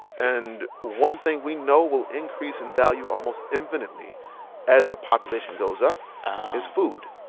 and one thing we know will increase in value almost infinitely as a population goes up is food